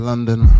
London